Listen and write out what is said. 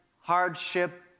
hardship